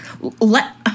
Let